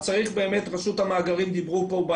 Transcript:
רשות המאגרים התייחסה לכך,